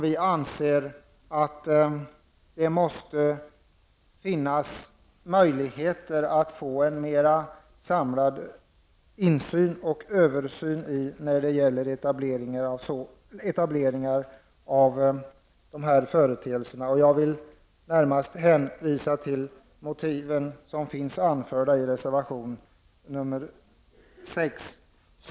Vi anser att det måste finnas möjligheter att få en mer samlad insyn i och översyn av etableringar av sådana företeelser. Jag vill närmast hänvisa till motiven, som finns anförda i reservation 6.